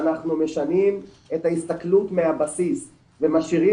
ואנחנו משנים את ההסתכלות מהבסיס ומשאירים